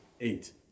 eight